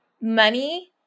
money